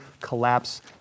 Collapse